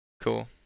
cool